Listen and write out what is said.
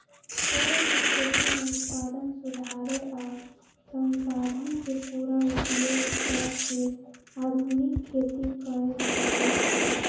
चौर के खेती में उत्पादन सुधारे आ संसाधन के पुरा उपयोग क के आधुनिक खेती कएल जाए छै